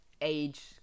age